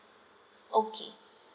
okay